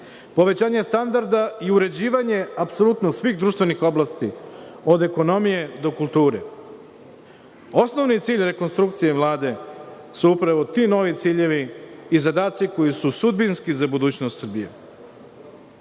povećanje standarda i uređivanje apsolutno svih društvenih oblasti, od ekonomije do kulture. Osnovni cilj rekonstrukcije Vlade su upravo ti novi ciljevi i zadaci, koji su sudbinski za budućnost Srbije. Mnogi